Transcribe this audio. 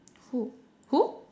who who